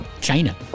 China